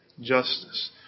justice